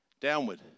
Downward